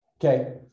Okay